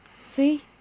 See